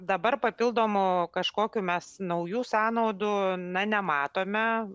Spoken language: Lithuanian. dabar papildomų kažkokių mes naujų sąnaudų na nematome